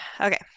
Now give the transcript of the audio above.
okay